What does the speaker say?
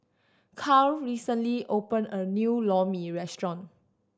Cale recently opened a new Lor Mee restaurant